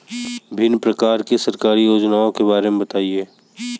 विभिन्न प्रकार की सरकारी योजनाओं के बारे में बताइए?